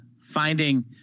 finding